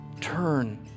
turn